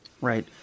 Right